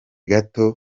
gato